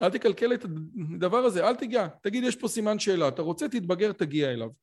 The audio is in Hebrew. אל תקלקל את הדבר הזה, אל תגע, תגיד יש פה סימן שאלה, אתה רוצה, תתבגר תגיע אליו